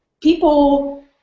people